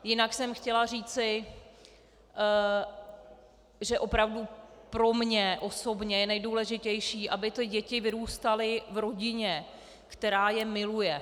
Jinak jsem chtěla říci, že opravdu pro mě osobně je nejdůležitější, aby ty děti vyrůstaly v rodině, která je miluje.